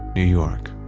new york,